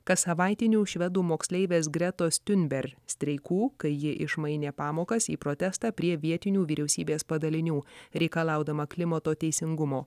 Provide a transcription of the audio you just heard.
kassavaitinių švedų moksleivės gretos tiunberg streikų kai ji išmainė pamokas į protestą prie vietinių vyriausybės padalinių reikalaudama klimato teisingumo